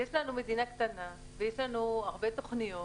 יש לנו מדינה קטנה ויש לנו הרבה תוכניות,